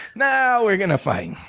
now we're gonna fight.